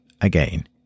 again